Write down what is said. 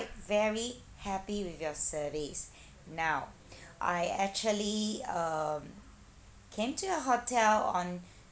very happy with your service now I actually um came to your hotel on